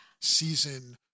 season